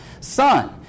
son